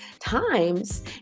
times